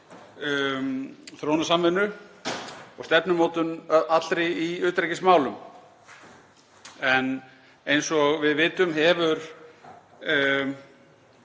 þróunarsamvinnu og stefnumótun allri í utanríkismálum. Eins og við vitum hefur